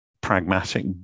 pragmatic